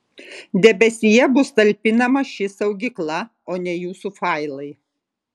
debesyje bus talpinama ši saugykla o ne jūsų failai